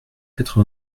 quatre